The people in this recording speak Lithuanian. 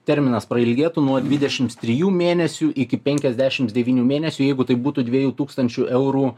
terminas prailgėtų nuo dvidešims trijų mėnesių iki penkiasdešims devynių mėnesių jeigu tai būtų dviejų tūkstančių eurų